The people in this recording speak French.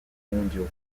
mondiaux